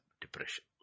depression